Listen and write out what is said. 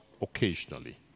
occasionally